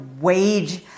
wage